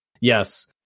Yes